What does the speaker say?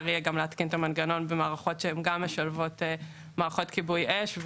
להתקין את המנגנון גם במערכות שמשלבות כיבוי אש,